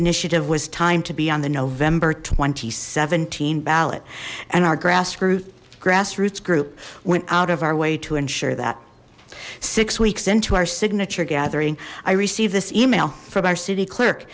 initiative was time to be on the november two thousand and seventeen ballot and our grass grew grassroots group went out of our way to ensure that six weeks into our signature gathering i receive this email from our city clerk